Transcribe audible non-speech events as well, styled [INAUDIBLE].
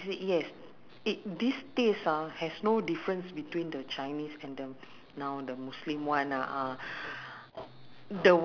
so instead of using pork bones you use uh fish bone eh [NOISE] uh not fish bone chicken bone chicken chicken chicken bone as the stock